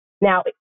Now